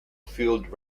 fueled